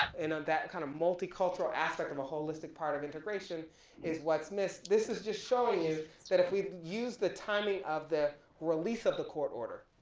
and on that kind of, multicultural aspect of a holistic part of integration is what's missed. this is just showing you that if we use the timing of the release of the court order.